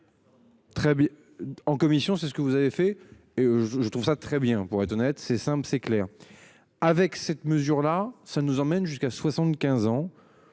Très bien. En commission, c'est ce que vous avez fait et je trouve ça très bien. Pour être honnête, c'est simple, c'est clair. Avec cette mesure là ça nous emmène jusqu'à 75 ans.